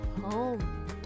home